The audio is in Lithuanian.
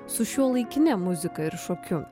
su šiuolaikine muzika ir šokiu